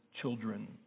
children